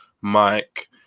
Mike